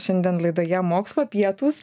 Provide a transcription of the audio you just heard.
šiandien laidoje mokslo pietūs